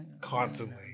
constantly